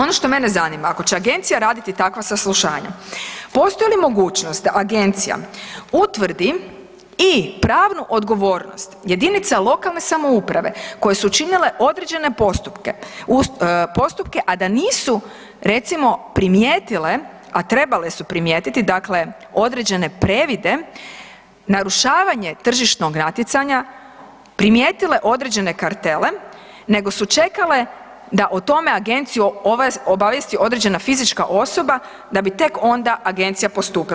Ono što mene zanima ako će agencija raditi takva saslušanja postoji li mogućnost da agencija utvrdi i pravnu odgovornost jedinica lokalne samouprave koje su činile određene postupke a da nisu recimo primijetile, a trebale su primijetiti, dakle određene previde narušavanje tržišnog natjecanja, primijetile određene kartele nego su čekale da o tome agenciju obavijesti određena fizička osoba da bi tek onda agencija postupila.